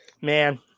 man